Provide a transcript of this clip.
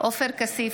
עופר כסיף,